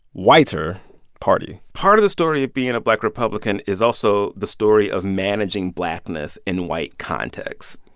whiter party part of the story of being a black republican is also the story of managing blackness in white context. and,